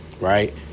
right